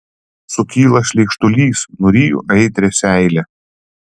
sukyla šleikštulys nuryju aitrią seilę